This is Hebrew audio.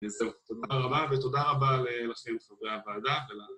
‫אז זהו, תודה רבה ותודה רבה ‫לכם חברי הוועדה שלנו.